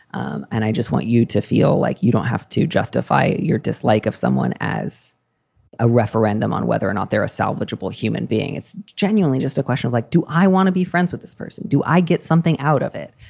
um and i just want you to feel like you don't have to justify your dislike of someone as a referendum on whether or not they're a salvageable human being. it's genuinely just a question of like, do i want to be friends with this person? do i get something out of it?